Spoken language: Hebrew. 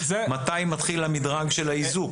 מתי מתחיל המדרג של האיזוק.